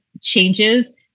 changes